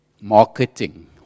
Marketing